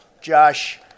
Josh